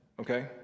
Okay